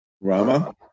Rama